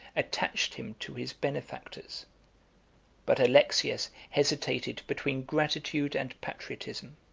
attached him to his benefactors but alexius hesitated between gratitude and patriotism,